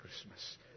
Christmas